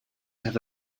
have